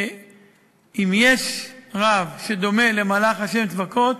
שאם יש רב שדומה למלאך ה' צבקות